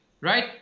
right